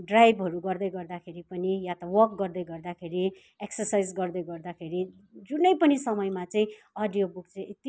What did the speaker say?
ड्राइबहरू गर्दै गर्दाखेरि पनि या त वक गर्दै गर्दाखेरि एकसरसाइज गर्दै गर्दाखेरि जुनै पनि समयमा चाहिँ अडियो बुक चाहिँ यति साह्रो